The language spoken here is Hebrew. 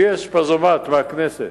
יש לי פזומט מהכנסת.